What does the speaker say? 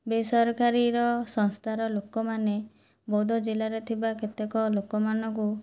ବେସରକାରୀର ସଂସ୍ଥାର ଲୋକମାନେ ବୌଦ୍ଧ ଜିଲ୍ଲାରେ ଥିବା କେତେକ ଲୋକମାନଙ୍କୁ